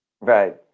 Right